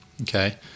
okay